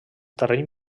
terreny